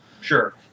Sure